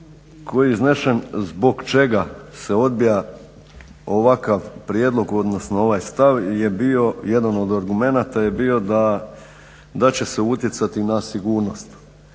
koji je iznesen zbog čega se odbija ovakav prijedlog odnosno ovaj stav je bio, jedan od argumenata je bio da će se utjecati na sigurnost.